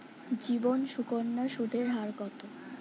জীবন সুকন্যা সুদের হার কত?